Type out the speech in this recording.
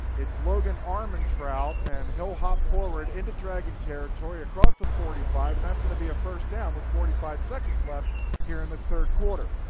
it's logan armontrout and he'll hop forward into dragon territory across the forty five and going to be a first down with forty five seconds left here in this third quarter.